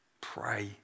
pray